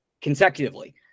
consecutively